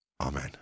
Amen